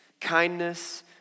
kindness